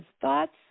thoughts